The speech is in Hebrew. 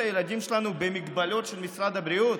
הילדים שלנו במגבלות של משרד הבריאות?